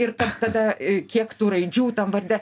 ir tada kiek tų raidžių tam varde